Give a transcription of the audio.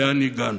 לאן הגענו?